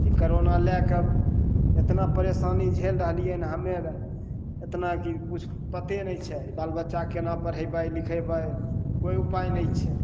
ई corona लए कए एतना परेशानी झेल रहलियै हम्मे एतना की किछु पते नहि छै कि बाल बच्चाके केना पढ़ेबय लिखेबय कोइ उपाय नहि छै